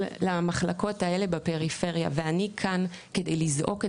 למחלקות האלה בפריפריה ואני כאן כדי לזעוק את